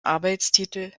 arbeitstitel